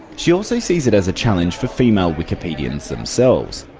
she also sees it as a challenge for female wikipedians themselves.